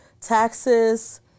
taxes